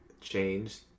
changed